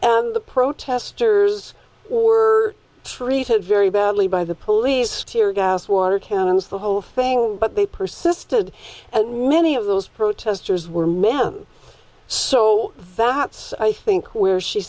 and the protesters who are treated very badly by the police tear gas water cannons the whole thing but they persisted and many of those protesters were men so that's i think where she